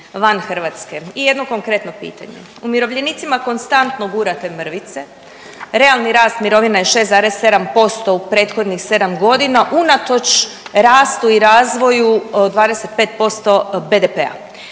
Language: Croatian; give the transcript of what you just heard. van Hrvatske. I jedno konkretno pitanje. Umirovljenicima konstantno gurate mrvice, realni rast mirovina je 6,7% u prethodnih 7 godina unatoč rastu i razvoju 25% BDP-a.